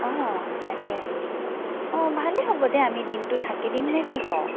অ তাকে অ ভালে হ'ব দে আমি দিনটো থাকি দিম নে কি কৱ